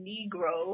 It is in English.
Negro